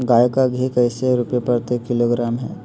गाय का घी कैसे रुपए प्रति किलोग्राम है?